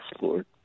Lord